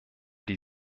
die